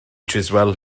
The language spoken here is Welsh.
chiswell